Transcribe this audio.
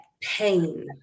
pain